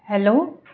hello